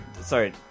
sorry